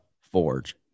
Forge